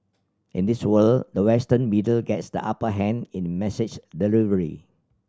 in this world the western media gets the upper hand in message delivery